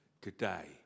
today